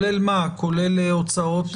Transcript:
של המיטלטלין בבית שניתנים לעיקול על פי החוק,